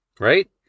right